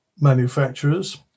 manufacturers